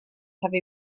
have